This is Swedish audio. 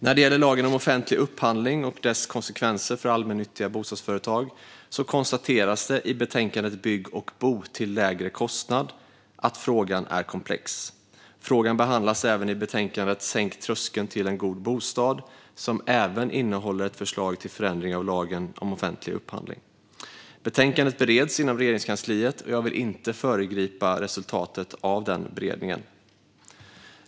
När det gäller lagen om offentlig upphandling och dess konsekvenser för allmännyttiga bostadsföretag konstateras det i betänkandet Bygg och bo till lägre kostnad att frågan är komplex. Frågan behandlas även i betänkandet Sänk tröskeln till en god bostad , som också innehåller ett förslag till förändring av lagen om offentlig upphandling. Betänkandet bereds inom Regeringskansliet, och jag vill inte föregripa resultatet av denna beredning.